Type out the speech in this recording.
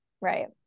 right